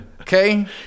Okay